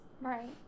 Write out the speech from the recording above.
right